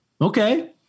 Okay